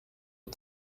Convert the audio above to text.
und